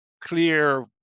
clear